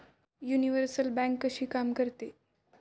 Universal bank कशी काम करते?